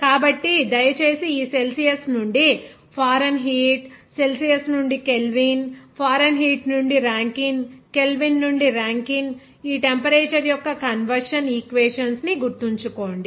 కాబట్టి దయచేసి ఈ సెల్సియస్ నుండి ఫారెన్హీట్ సెల్సియస్ నుండి కెల్విన్ ఫారెన్హీట్ నుండి రాంకిన్కెల్విన్ నుండి రాంకిన్ ఈ టెంపరేచర్ యొక్క కన్వర్షన్ ఈక్వేషన్స్ ని గుర్తుంచుకోండి